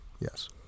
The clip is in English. yes